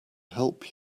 help